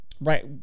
Right